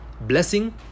blessing